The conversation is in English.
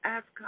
Ask